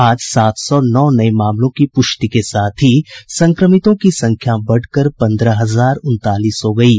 आज सात सौ नौ नये मामलों की पुष्टि के साथ ही संक्रमितों की संख्या बढ़कर पन्द्रह हजार उनतालीस हो गयी है